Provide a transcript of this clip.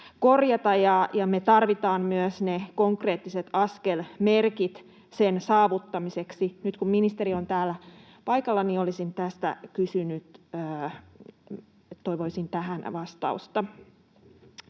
ja me tarvitaan myös konkreettiset askelmerkit sen saavuttamiseksi. Nyt kun ministeri on täällä paikalla, toivoisin tähän vastausta.